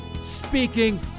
speaking